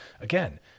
Again